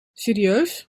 serieus